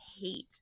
hate